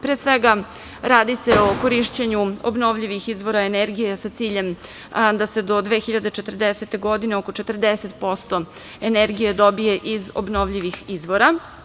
Pre svega, radi se o korišćenju obnovljivih izvora energije sa ciljem da se do 2040. godine oko 40% energije dobije iz obnovljivih izvora.